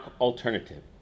alternative